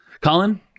Colin